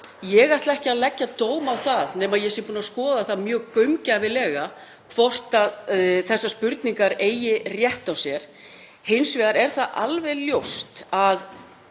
Ég ætla ekki að leggja dóm á það nema ég sé búin að skoða það mjög gaumgæfilega hvort þessar spurningar eigi rétt á sér. Hins vegar er alveg ljóst að